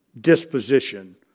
disposition